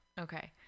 Okay